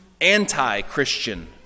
anti-Christian